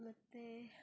ಮತ್ತು